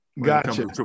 Gotcha